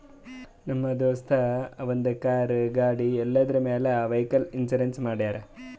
ನಮ್ ದೋಸ್ತ ಅವಂದ್ ಕಾರ್, ಗಾಡಿ ಎಲ್ಲದುರ್ ಮ್ಯಾಲ್ ವೈಕಲ್ ಇನ್ಸೂರೆನ್ಸ್ ಮಾಡ್ಯಾರ್